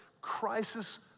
crisis